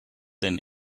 than